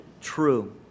true